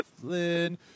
Flynn